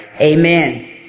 Amen